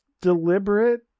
deliberate